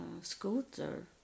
scooter